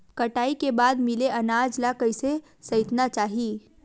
कटाई के बाद मिले अनाज ला कइसे संइतना चाही?